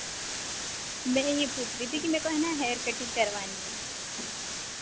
मैं ये पूछ रही थी कि मेरे को है ना हेयर कटिंग करवानी है